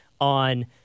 on